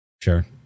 Sure